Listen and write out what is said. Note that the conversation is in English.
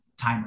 timer